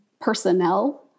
personnel